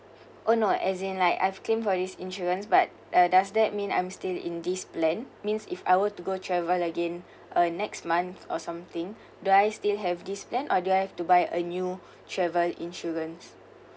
oh no as in like I've claimed for this insurance but uh does that mean I'm still in this plan means if I were to go travel again uh next month or something do I still have this plan or do I have to buy a new travel insurance